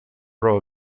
row